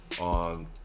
on